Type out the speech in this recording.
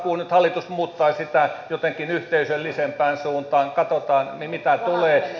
nyt hallitus muuttaa sitä jotenkin yhteisöllisempään suuntaan katsotaan mitä tulee